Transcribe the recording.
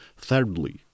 Thirdly